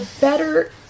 better